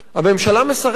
הממשלה מסרבת.